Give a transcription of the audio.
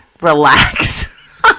relax